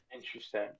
interesting